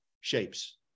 shapes